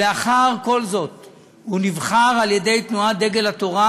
לאחר כל זאת הוא נבחר על-ידי תנועת דגל התורה,